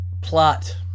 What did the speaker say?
Plot